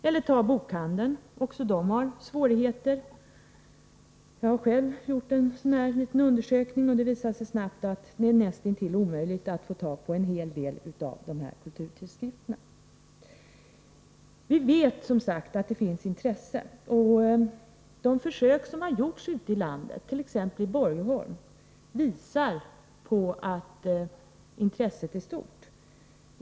Även bokhandeln har svårigheter. Jag har själv gjort en liten undersökning. Det visade sig snabbt att det är näst intill omöjligt att få tag på en hel del av dessa kulturtidskrifter. Vi vet som sagt att det finns ett intresse för dessa tidskrifter. De försök som har gjorts ute i landet, t.ex. i Borgholm, visar att intresset är stort.